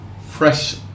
fresh